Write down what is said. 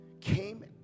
came